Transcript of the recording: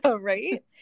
right